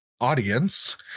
audience